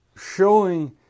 showing